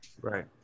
right